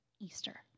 Easter